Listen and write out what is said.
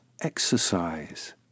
exercise